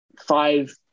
five